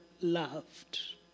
loved